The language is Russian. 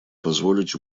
позволить